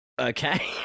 Okay